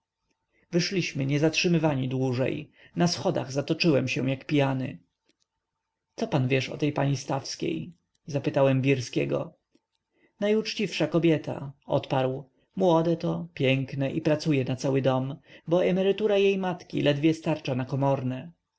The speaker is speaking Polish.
wyszliśmy nie zatrzymywani dłużej na schodach zatoczyłem się jak pijany co pan wiesz o tej pani stawskiej zapytałem wirskiego najuczciwsza kobieta odparł młode to piękne i pracuje na cały dom bo emerytura jej matki ledwie starczy na komorne